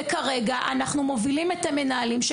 וכרגע אנחנו מובילים את המנהלים,